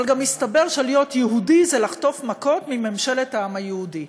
אבל גם מסתבר שלהיות יהודי זה לחטוף מכות מממשלת העם היהודי.